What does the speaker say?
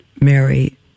Mary